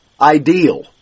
ideal